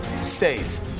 safe